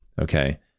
Okay